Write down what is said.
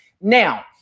now